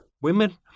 women